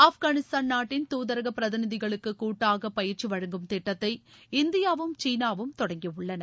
ஆப்கானிஸ்தான் நாட்டின் தூதரக பிரதிநிதிகளுக்கு கூட்டாக பயிற்சி வழங்கும் திட்டத்தை இந்தியாவும் சீனாவும் தொடங்கியுள்ளன